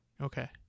Okay